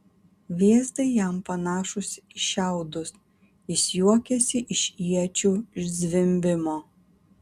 vėzdai jam panašūs į šiaudus jis juokiasi iš iečių zvimbimo